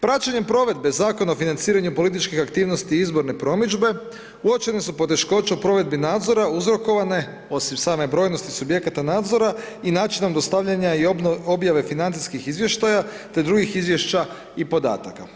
Praćenjem provedbe Zakona o financiranju političkih aktivnosti i izborne promidžbe uočene su poteškoće u provedbi nadzora uzrokovane, osim same brojnosti subjekata nadzora i načinom dostavljanja i objave financijskih izvještaja, te drugih izvješća i podataka.